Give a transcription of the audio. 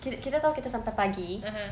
kita kita tahu kita sampai pagi